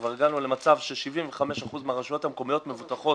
כבר הגענו למצב ש-75% מהרשויות המקומיות מבוטחות